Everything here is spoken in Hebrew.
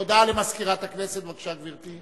הודעה למזכירת הכנסת, בבקשה, גברתי.